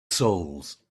souls